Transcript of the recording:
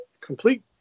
complete